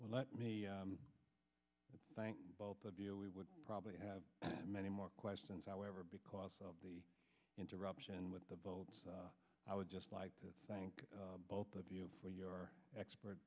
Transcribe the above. well let me thank both of you we would probably have many more questions however because of the interruption with the boat i would just like to thank both of you for your expert